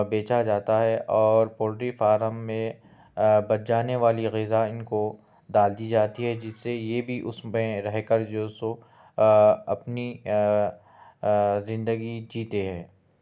بیچا جاتا ہے اور پولٹری فارم میں بچ جانے والی غذا ان کو ڈال دی جاتی ہے جس سے یہ بھی اس میں رہ کر جو سو اپنی زندگی جیتے ہیں